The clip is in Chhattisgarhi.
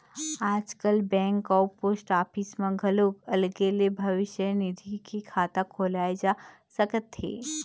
आजकाल बेंक अउ पोस्ट ऑफीस म घलोक अलगे ले भविस्य निधि के खाता खोलाए जा सकत हे